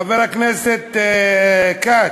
חבר הכנסת כץ,